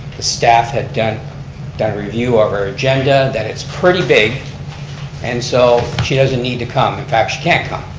the staff had done a review of her agenda, that it's pretty big and so she doesn't need to come, in fact, she can't come.